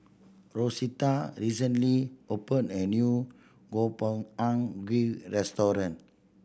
Rosetta recently opened a new Gobchang Gui Restaurant